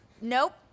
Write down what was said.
nope